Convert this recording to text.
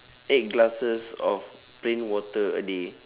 eight glasses of plain water a day